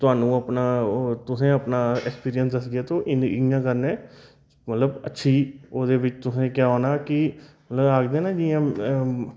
ओह् थुहानूं अपना तुसें गी अपना ऐक्सपीरियंस दस्सगे ते इ'यां कन्नै मतलब अच्छी ओह्दे बिच तुसें गी क्या होना कि मतलब आखदे ना जि'यां